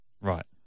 Right